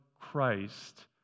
Christ